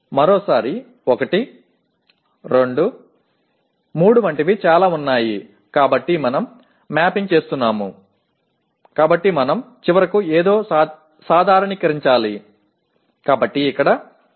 மீண்டும் 1 2 3 போன்ற பலவற்றை நாம் கோப்பிடுகிறோம் எனவே இறுதியாக எதையாவது இயல்பாக்க வேண்டும்